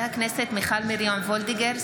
חברי הכנסת מיכל מרים וולדיגר,